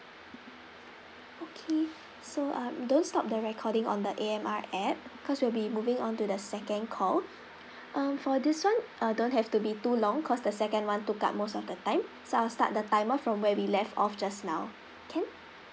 okay so uh don't stop the recording on the A_M_R app because we'll be moving on to the second call um for this [one] uh don't have to be too long cause the second one took up most of the time so I'll start the timer from where we left off just now can